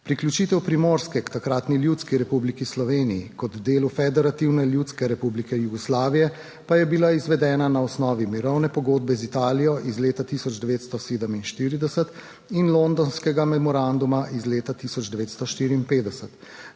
Priključitev Primorske k takratni Ljudski republiki Sloveniji kot delu Federativne ljudske republike Jugoslavije pa je bila izvedena na osnovi mirovne pogodbe z Italijo iz leta 1947 in Londonskega memoranduma iz leta 1954.